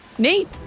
Nate